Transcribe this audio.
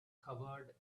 covered